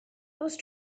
those